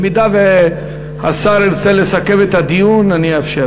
אם השר ירצה לסכם את הדיון, אני אאפשר.